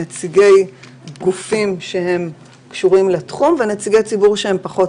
נציגי גופים שקשורים לתחום ונציגי ציבור שהם פחות